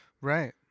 right